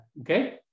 Okay